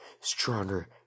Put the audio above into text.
stronger